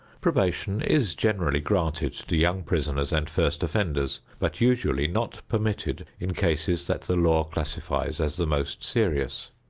probation is generally granted to young prisoners and first offenders but usually not permitted in cases that the law classifies as the most serious.